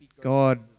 God